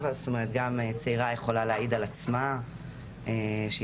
- צעירה יכולה להעיד על עצמה שהיא